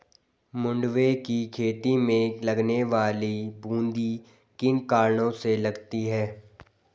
मंडुवे की खेती में लगने वाली बूंदी किन कारणों से लगती है?